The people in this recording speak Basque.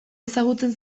ezagutzen